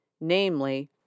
namely